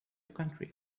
country